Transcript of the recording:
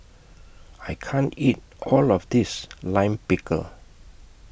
I can't eat All of This Lime Pickle